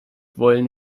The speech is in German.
wollen